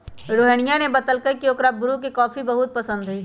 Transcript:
रोहिनीया ने बतल कई की ओकरा ब्रू के कॉफी बहुत पसंद हई